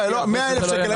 אין בעיה, לא, 100,000 שקלים.